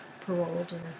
paroled